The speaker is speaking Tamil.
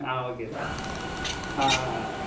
ஆ ஓகே சார் ஆ ஆ ஆ